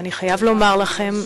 ואני חייב לומר לכם,